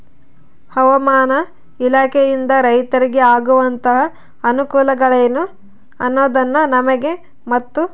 ಹವಾಮಾನ ಇಲಾಖೆಯಿಂದ ರೈತರಿಗೆ ಆಗುವಂತಹ ಅನುಕೂಲಗಳೇನು ಅನ್ನೋದನ್ನ ನಮಗೆ ಮತ್ತು?